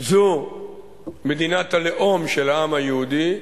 זו מדינת הלאום של העם היהודי,